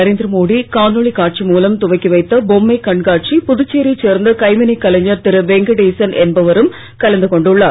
நரேந்திர மோடி காணொளி காட்சி மூலம் துவக்கி வைத்த பொம்மை கண்காட்சியில் புதுச்சேரியை சேர்ந்த வெங்கடேசன் என்பவரும் கலந்து கொண்டுள்ளார்